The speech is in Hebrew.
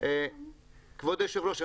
כבוד היושב-ראש,